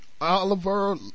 Oliver